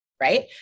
right